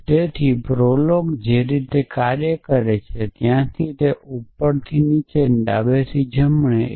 અને તેથી પ્રોલોગ જે રીતે કરે છે તે છે ઉપરથી નીચે અને ડાબેથી જમણે જાય છે